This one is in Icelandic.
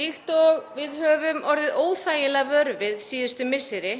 Líkt og við höfum orðið óþægilega vör við síðustu misseri